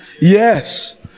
Yes